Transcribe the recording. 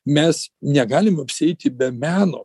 mes negalim apsieiti be meno